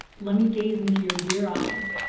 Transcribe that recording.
let me gaze into your dear eyes,